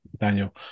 Daniel